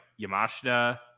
Yamashita